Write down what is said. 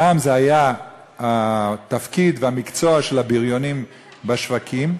פעם זה היה התפקיד והמקצוע של הבריונים בשווקים.